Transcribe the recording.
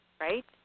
Right